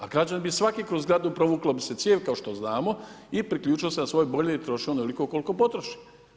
A građani bi svaki kroz zgradu provukli cijev kao što znamo i priključio se na svoj bojler i trošio onoliko koliko potroši.